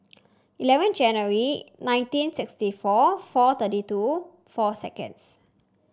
eleven January nineteen sixty four four thirty two four seconds